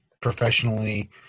Professionally